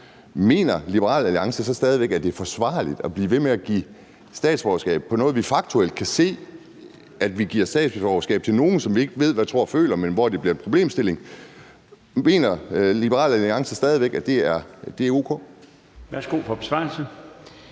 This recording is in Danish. Mener Liberal Alliance så stadig væk, at det er forsvarligt at blive ved med at give statsborgerskab, når vi faktuelt kan se, at vi giver statsborgerskab til nogle, som vi ikke ved hvad tror og føler, men hvor det bliver en problemstilling? Mener Liberal Alliance stadig væk, at det er o.k.? Kl.